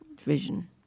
vision